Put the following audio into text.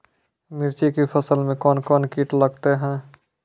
मिर्ची के फसल मे कौन कौन कीट लगते हैं?